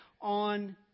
on